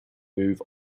move